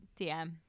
dm